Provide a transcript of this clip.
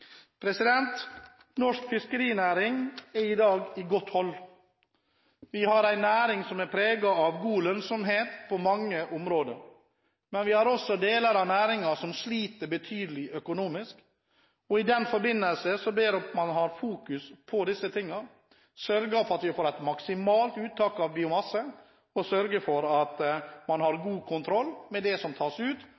Norsk fiskerinæring er i dag i godt hold. Vi har en næring som er preget av god lønnsomhet på mange områder, men deler av næringen sliter også betydelig økonomisk. I den forbindelse ber jeg om at man retter fokus mot disse tingene, sørger for at vi får et maksimalt uttak av biomasse, sørger for at man har